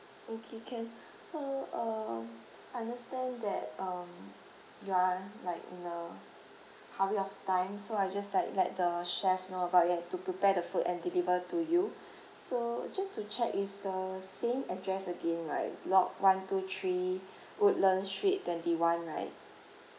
okay can so um understand that um you are like in a hurry of time so I just like let the chef know about that to prepare the food and deliver to you so just to check is the same address again right block one two three woodlands street twenty one right